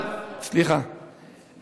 סליחה,